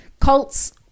cults